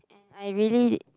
I really